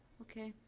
okay.